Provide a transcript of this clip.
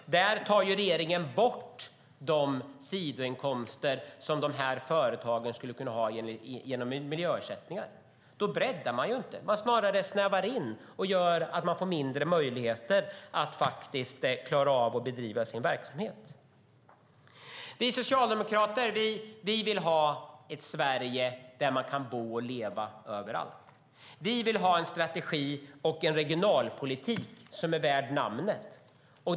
Där tar regeringen bort de sidoinkomster som företagen skulle kunna ha genom miljöersättningar. Då breddar man inte utan snarare snävar in och gör att företagare får mindre möjligheter att klara av att driva sin verksamhet. Vi socialdemokrater vill ha ett Sverige där man kan bo och leva överallt. Vi vill ha en strategi och en regionalpolitik som är värd namnet.